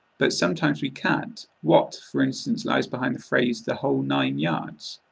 but sometimes we can't. what, for instance lies behind the phrase the whole nine yards?